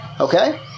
okay